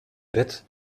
bit